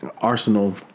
Arsenal